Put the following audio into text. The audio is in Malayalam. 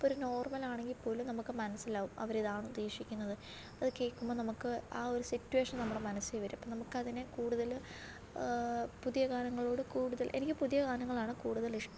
അപ്പമൊരു നോർമൽ ആണെങ്കിൽ പോലും നമുക്ക് മനസ്സിലാവും അവരിതാണ് ഉദ്ദേശിക്കുന്നത് അത് കേൾക്കുമ്പോൾ നമുക്ക് ആ ഒരു സിറ്റുവേഷൻ നമ്മുടെ മനസ്സിൽ വരും അപ്പോൾ നമുക്കതിനെ കൂടുതൽ പുതിയ ഗാനങ്ങളോട് കൂടുതൽ എനിക്ക് പുതിയ ഗാനങ്ങളാണ് കൂടുതൽ ഇഷ്ടം